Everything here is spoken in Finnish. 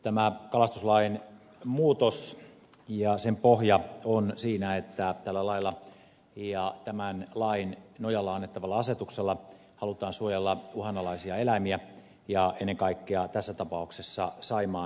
tämän kalastuslain muutoksen pohja on siinä että tällä lailla ja tämän lain nojalla annettavalla asetuksella halutaan suojella uhanalaisia eläimiä ja ennen kaikkea tässä tapauksessa saimaannorppaa